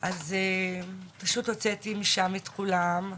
אז פשוט הוצאתי משם את כולם,